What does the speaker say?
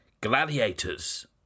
gladiators